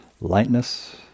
lightness